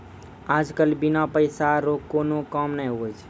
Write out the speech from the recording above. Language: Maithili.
आज कल बिना पैसा रो कोनो काम नै हुवै छै